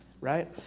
right